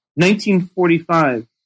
1945